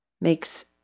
makes